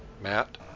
Matt